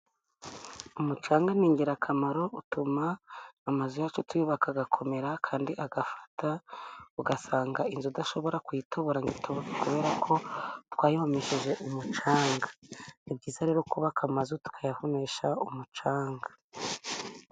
Umucanga ni ingirakamaro, utuma amazu yacu tuyubaka agakomera kandi agafata, ugasanga inzu udashobora kuyitobora ngo itoboke, kubera ko twayihomesheje umucanga. Ni byiza rero kubaka amazu tukayahomesha umucanga.